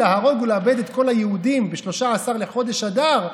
להרוג ולאבד את כל היהודים ב-13 בחודש אדר,